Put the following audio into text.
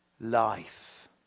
Life